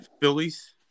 Phillies